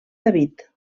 david